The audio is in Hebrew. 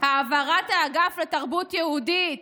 העברת האגף לתרבות יהודית